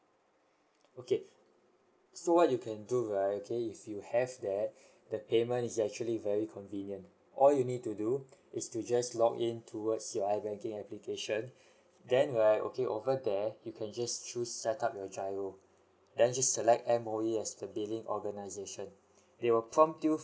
okay so what you can do right okay if you have that the payment is actually very convenient all you need to do is to just login towards your i banking application then right okay over there you can just choose set up your GIRO then just select M_O_E as the billing organisation they will prompt you